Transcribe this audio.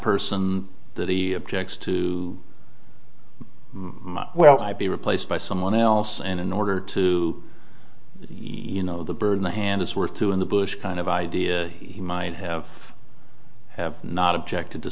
person that he objects to well i'd be replaced by someone else and in order to you know the bird in the hand is worth two in the bush kind of idea he might have not objected to